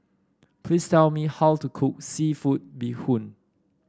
please tell me how to cook seafood Bee Hoon